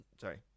sorry